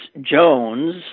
Jones